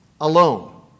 alone